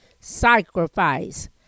sacrifice